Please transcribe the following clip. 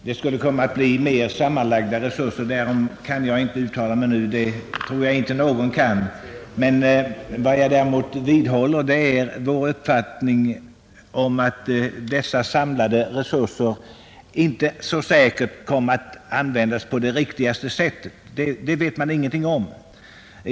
Herr talman! Det är möjligt att de sammanlagda resurserna skulle kunna bli större; därom kan jag emellertid inte uttala mig nu — det tror jag inte någon kan. Vad jag däremot vidhåller är vår uppfattning, att dessa samlade resurser inte så säkert kommer att användas på det riktigaste sättet.